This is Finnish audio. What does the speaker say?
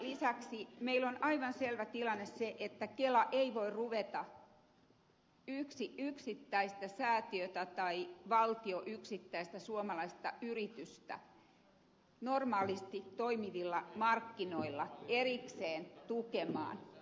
lisäksi meillä on aivan selvä tilanne se että kela ei voi ruveta yksittäistä säätiötä tai valtio yksittäistä suomalaista yritystä normaalisti toimivilla markkinoilla erikseen tukemaan